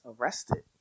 arrested